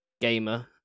gamer